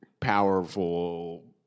powerful